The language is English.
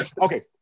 okay